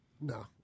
No